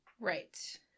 Right